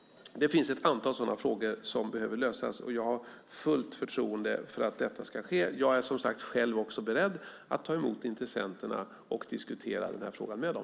Det finns ett antal sådana frågor som behöver lösas, och jag har fullt förtroende för att detta ska ske. Jag är som sagt också själv beredd att ta emot intressenterna och diskutera frågan med dem.